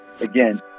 again